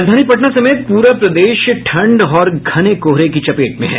राजधानी पटना समेत पूरा प्रदेश ठंड और घने कोहरे की चपेट में हैं